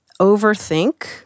overthink